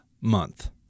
month